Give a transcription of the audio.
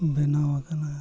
ᱵᱮᱱᱟᱣ ᱠᱟᱱᱟ